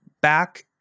back